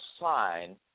sign